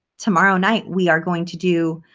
tomorrow night, we are going to do